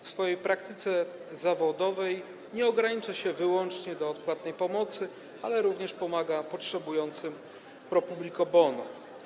W swojej praktyce zawodowej nie ogranicza się wyłącznie do odpłatnej pomocy, ale również pomaga potrzebującym pro publico bono.